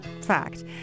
fact